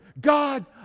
god